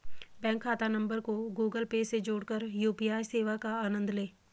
bank खाता number को Google Pay से जोड़कर यू.पी.आई सेवा का आनंद लें